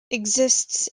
exists